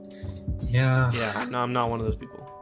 yeah, yeah, no, i'm not one of those people